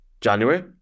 January